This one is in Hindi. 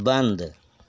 बंद